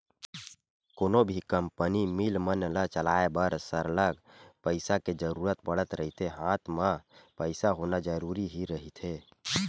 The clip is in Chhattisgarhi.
कोनो भी कंपनी, मील मन ल चलाय बर सरलग पइसा के जरुरत पड़त रहिथे हात म पइसा होना जरुरी ही रहिथे